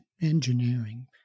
engineering